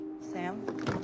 Sam